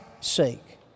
sake